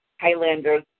Highlanders